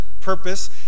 purpose